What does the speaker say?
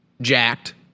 jacked